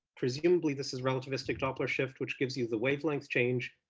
presumably this is relativistic doppler shift which gives you the wave length change.